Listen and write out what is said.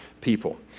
people